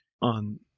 on